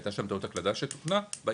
שהייתה שם טעות הקלדה שתוקנה בערעורים.